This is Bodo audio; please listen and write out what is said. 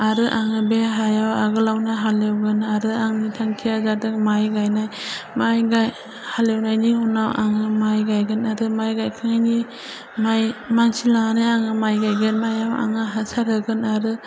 आरो आङो बे हायाव आगोलावनो हालेवगोन आरो आंनि थांखिया जादों माइ गायनाय माइ गाय हाल एवनायनि उनाव आङो माइ गायगोन आरो माइ गायखांनायनि माइ मानसि लानानै आङो माइ गायगोन माइआव आङो हासार होगोन आरो